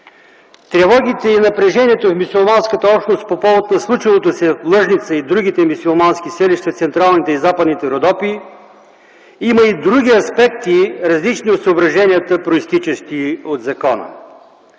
Тревогите и напрежението в мюсюлманската общност по повод случилото се в с. Лъжница и другите мюсюлмански селища в Централните и Западните Родопи има и други аспекти, различни от съображенията, произтичащи от закона.